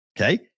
Okay